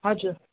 हजुर